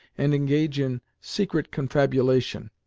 and engage in secret confabulation.